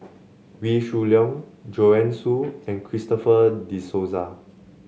Wee Shoo Leong Joanne Soo and Christopher De Souza